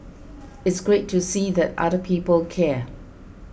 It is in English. it's great to see that other people care